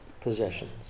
possessions